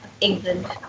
England